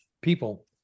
people